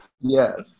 Yes